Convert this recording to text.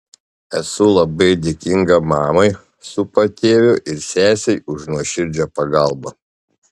esu labai dėkinga mamai su patėviu ir sesei už nuoširdžią pagalbą